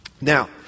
Now